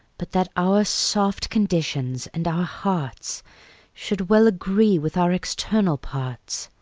but that our soft conditions and our hearts should well agree with our external parts?